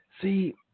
See